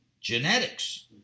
Genetics